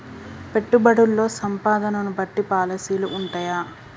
పెట్టుబడుల్లో సంపదను బట్టి పాలసీలు ఉంటయా?